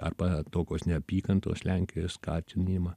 arba tokios neapykantos lenkijai skatinimą